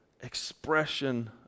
expression